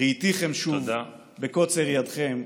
"ראיתיכם שוב בקוצר ידכם,